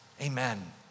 amen